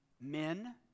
Men